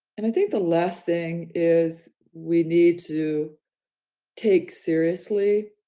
and i think the last thing is we need to take seriously